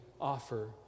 offer